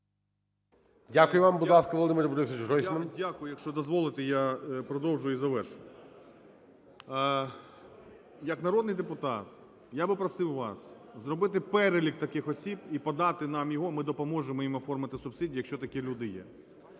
Дякую вам. Будь ласка, Володимир Борисович Гройсман. 10:58:55 ГРОЙСМАН В.Б. Я дякую. Якщо дозволите, я продовжу і завершу. Як народний депутат я би просив вас зробити перелік таких осіб і подати нам його. Ми допоможемо їм оформити субсидії, якщо такі люди є.